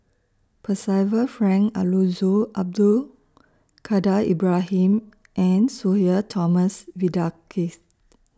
Percival Frank Aroozoo Abdul Kadir Ibrahim and Sudhir Thomas Vadaketh